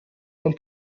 von